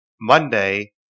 Monday